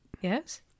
Yes